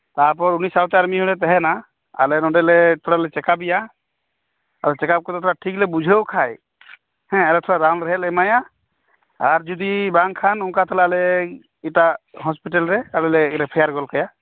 ᱛᱟᱯᱚᱨ ᱩᱱᱤ ᱥᱟᱶᱛᱮ ᱟᱨᱢᱤᱫ ᱦᱚᱲᱮ ᱛᱟᱦᱮᱸᱱᱟ ᱟᱞᱮ ᱱᱚᱸᱰᱮᱞᱮ ᱛᱷᱚᱲᱟᱞᱮ ᱪᱮᱠᱟᱯᱮᱭᱟ ᱟᱫᱚ ᱪᱮᱠᱟᱯ ᱠᱟᱛᱮᱫ ᱴᱷᱤᱠ ᱞᱮ ᱵᱩᱡᱷᱟᱹᱣ ᱠᱷᱟᱡ ᱦᱮᱸ ᱟᱫᱚ ᱛᱷᱚᱲᱟ ᱨᱟᱱ ᱨᱮᱦᱮᱫ ᱞᱮ ᱮᱢᱟᱭᱟ ᱟᱨ ᱡᱩᱫᱤ ᱵᱟᱝᱠᱷᱟᱱ ᱚᱱᱠᱟ ᱛᱟᱦᱞᱮ ᱟᱞᱮ ᱮᱴᱟᱜ ᱦᱚᱸᱥᱯᱤᱴᱟᱞ ᱨᱮ ᱟᱞᱞᱮ ᱨᱮᱯᱷᱮᱭᱟᱨ ᱜᱚᱫ ᱠᱟᱭᱟ